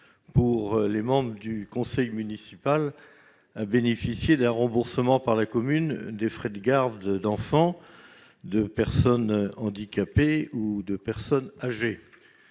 pour les membres du conseil municipal, à bénéficier d'un remboursement par la commune des frais de garde d'enfants, de personnes handicapées ou de personnes âgées.